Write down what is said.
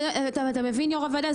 אתה מבין יו"ר הוועדה?